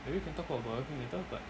maybe we can talk about burger king later but